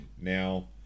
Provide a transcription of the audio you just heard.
Now